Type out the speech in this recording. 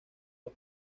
los